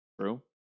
True